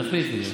תחליטי.